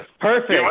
Perfect